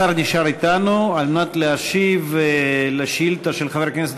השר נשאר אתנו על מנת להשיב על שאילתה של חבר הכנסת